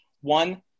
One